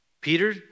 Peter